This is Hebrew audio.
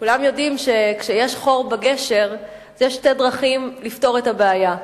כולם יודעים שכשיש חור בגשר יש שתי דרכים לפתור את הבעיה.